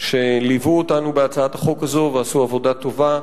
שליוו אותנו בהצעת החוק הזאת, ועשו עבודה טובה.